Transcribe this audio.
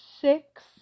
six